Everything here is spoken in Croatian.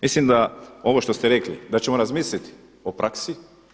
Mislim da ovo što ste rekli da ćemo razmisliti o praksi.